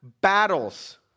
battles